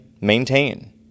maintain